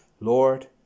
Lord